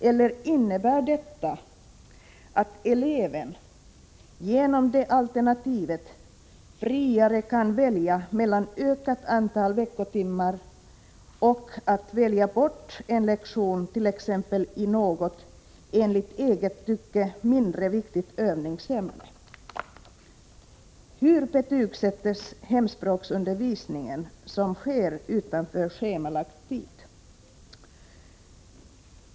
Eller innebär detta att eleven genom det alternativet har större frihet att avgöra om han skall ha ökat antal veckotimmar eller välja bort en lektion i något — enligt eget tycke — mindre viktigt övningsämne? Hur betygsätts den hemspråksundervisning som sker utanför schemalagd tid?